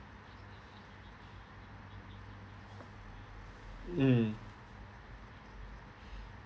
mm